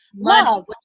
love